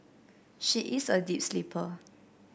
she is a deep sleeper